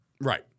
right